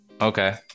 Okay